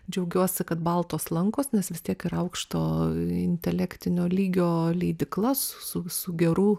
džiaugiuosi kad baltos lankos nes vis tiek yra aukšto intelektinio lygio leidykla su visu geru